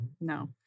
No